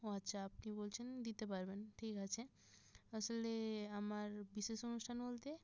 ও আচ্ছা আপনি বলছেন দিতে পারবেন ঠিক আছে আসলে আমার বিশেষ অনুষ্ঠান বলতে